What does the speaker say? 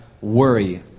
worry